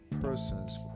persons